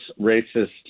racist